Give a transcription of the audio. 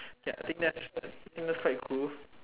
k I think I think that's quite cool